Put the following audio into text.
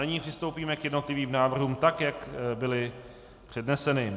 Nyní přistoupíme k jednotlivým návrhům tak, jak byly předneseny.